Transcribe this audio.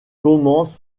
commence